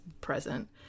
present